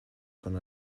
von